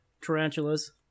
Tarantulas